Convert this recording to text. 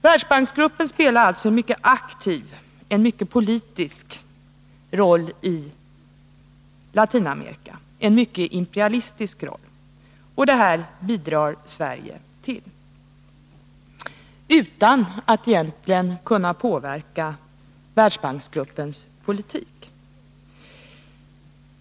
Världsbanksgruppen spelar alltså en mycket aktiv, en mycket politisk roll i Latinamerika — en mycket imperialistisk roll. Och detta bidrar Sverige till utan att egentligen kunna påverka Världsbanksgruppens politik.